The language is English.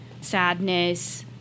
sadness